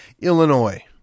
Illinois